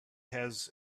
has